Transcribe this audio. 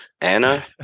Anna